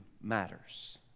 matters